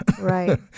Right